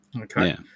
okay